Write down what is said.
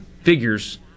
figures